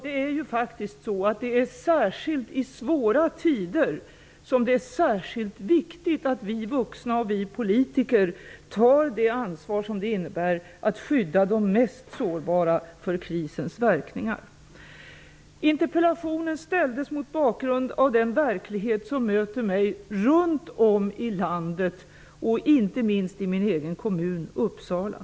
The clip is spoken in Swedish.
Det är särskilt i svåra tider som det är viktigt att vi vuxna och vi politiker tar det ansvar som det innebär att skydda de mest sårbara för krisens verkningar. Interpellationen ställdes mot bakgrund av den verklighet som möter mig runt om i landet och inte minst i min egen kommun, Uppsala.